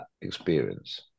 experience